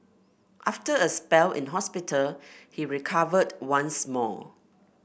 after a spell in hospital he recovered once more